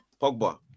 Pogba